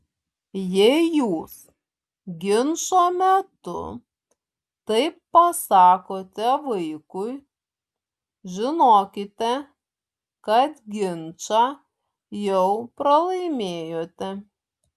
jei jūs ginčo metu taip pasakote vaikui žinokite kad ginčą jau pralaimėjote